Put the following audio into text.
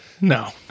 no